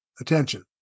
Attention